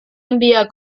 enviar